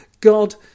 God